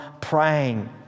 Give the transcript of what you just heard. praying